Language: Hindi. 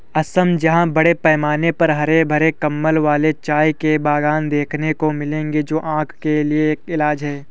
असम जहां बड़े पैमाने पर हरे भरे कंबल वाले चाय के बागान देखने को मिलेंगे जो आंखों के लिए एक इलाज है